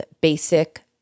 basic